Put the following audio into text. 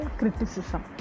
criticism